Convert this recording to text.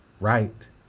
right